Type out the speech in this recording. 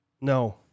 No